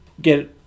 get